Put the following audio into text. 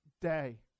day